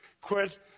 quit